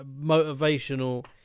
motivational